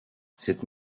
cette